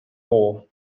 war